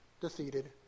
defeated